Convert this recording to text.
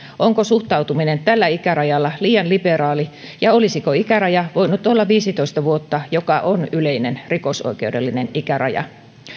onko suhtautuminen tällä ikärajalla liian liberaali ja olisiko ikäraja viisitoista vuotta joka on yleinen rikosoikeudellinen ikäraja